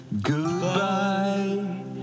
Goodbye